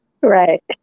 Right